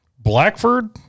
Blackford